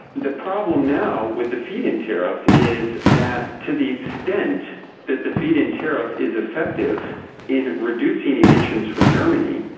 the problem now, with the feed-in tariff, is that to the extent that the feed-in tariff is effective in reducing emissions from germany,